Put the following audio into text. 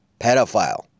pedophile